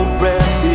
breath